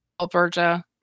Alberta